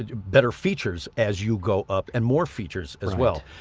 ah better features as you go up and more features as well